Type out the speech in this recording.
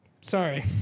Sorry